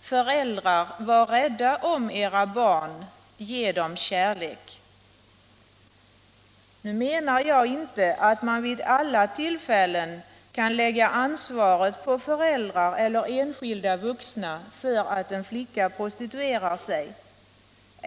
Föräldrar! Var rädda om era barn, ge dem kärlek! Nu menar jag inte att man vid alla tillfällen kan lägga ansvaret på föräldrar eller på enskilda vuxna för att en flicka prostituerar sig.